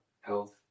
health